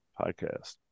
podcast